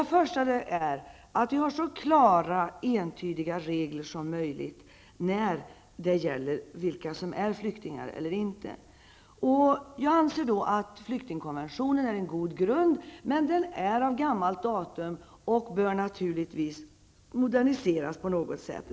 Först och främst gäller att vi har så klara och entydiga regler som möjligt för vilka som är flyktingar och vilka som inte är det. Jag anser att flyktingkonventionen är en god grund, men den är av gammalt datum och bör naturligtvis moderniseras på något sätt.